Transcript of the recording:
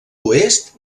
oest